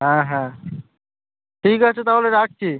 হ্যাঁ হ্যাঁ ঠিক আছে তাহলে রাখছি